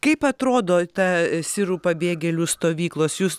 kaip atrodo ta sirų pabėgėlių stovyklos jūs